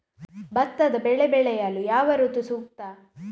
ಭತ್ತದ ಬೆಳೆ ಬೆಳೆಯಲು ಯಾವ ಋತು ಸೂಕ್ತ?